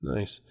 Nice